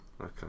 Okay